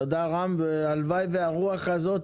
תודה רם, הלוואי שהרוח הזאת